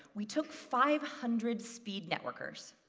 we took five hundred speed-networkers,